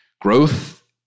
Growth